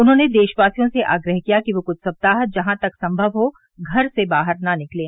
उन्होंने देशवासियों से आग्रह किया कि वे कुछ सप्ताह जहां तक संभव हो घर से बाहर न निकलें